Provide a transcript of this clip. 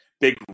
big